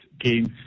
games